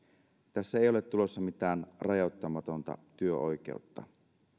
tässä ei ole tulossa mitään rajoittamatonta työoikeutta